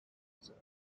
reserve